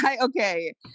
Okay